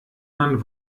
man